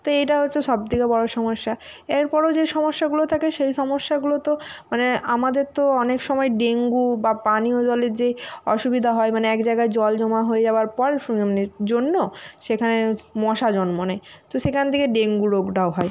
তো এটা হচ্ছে সব থেকে বড়ো সমস্যা এর পরেও যে সমস্যাগুলো থাকে সেই সমস্যাগুলো তো মানে আমাদের তো অনেক সময় ডেঙ্গু বা পানীয় জলের যে অসুবিধা হয় মানে এক জায়গায় জল জমা হয়ে যাবার পর জন্য সেখানে মশা জন্ম নেয় তো সেখান থেকে ডেঙ্গু রোগটাও হয়